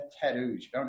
tattoos